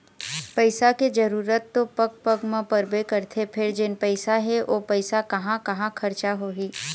पइसा के जरूरत तो पग पग म परबे करथे फेर जेन पइसा हे ओ पइसा कहाँ कहाँ खरचा होही